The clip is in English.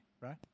right